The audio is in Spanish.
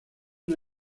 una